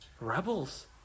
Rebels